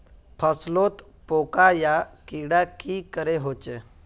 फसलोत पोका या कीड़ा की करे होचे?